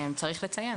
צריך לציין,